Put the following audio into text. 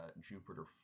Jupiter